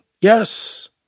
Yes